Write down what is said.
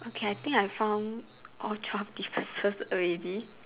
okay I think I found all twelve differences already